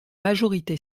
majorité